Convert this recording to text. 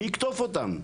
מי יקטוף אותם?